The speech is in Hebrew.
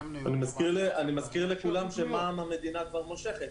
אני מזכיר לכולם שמע"מ המדינה כבר מושכת.